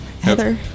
Heather